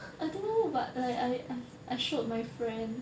I don't know but like I I I showed my friend